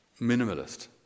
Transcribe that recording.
minimalist